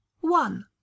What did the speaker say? one